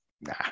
nah